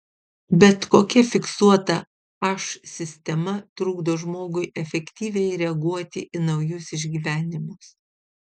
bet kokia fiksuota aš sistema trukdo žmogui efektyviai reaguoti į naujus išgyvenimus